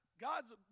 God's